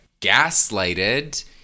gaslighted